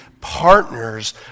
partners